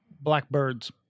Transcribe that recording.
blackbirds